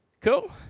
Cool